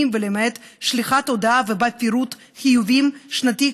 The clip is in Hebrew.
ולמעט שליחת הודעה ובה פירוט חיובים שנתיים,